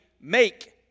make